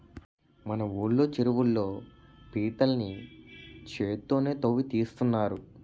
మన ఊళ్ళో చెరువుల్లో పీతల్ని చేత్తోనే తవ్వి తీస్తున్నారు